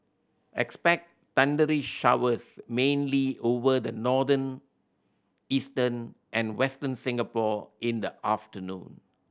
expect thundery showers mainly over the northern eastern and Western Singapore in the afternoon